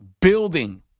building